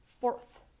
fourth